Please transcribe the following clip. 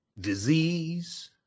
disease